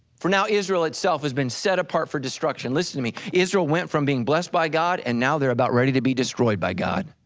for now israel itself has been set apart for destruction listen to me, israel went from being blessed by god and now they're about ready to be destroyed by god.